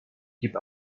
gib